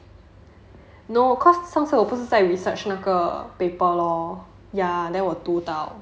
no cause 上次我不是在 research 那个 paper lor ya then 我读到